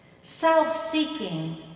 Self-seeking